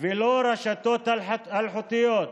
ולא רשתות אלחוטיות,